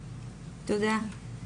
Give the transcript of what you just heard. תודה.